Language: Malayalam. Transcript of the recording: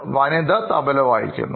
ഒരു വനിത തബല വായിക്കുന്നു